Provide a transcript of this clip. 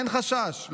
אין חשש,